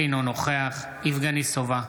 אינו נוכח יבגני סובה,